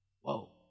Whoa